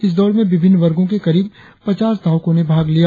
इस दौड़ में विभिन्न वर्गों के करीब पचास धावकों ने भाग लिया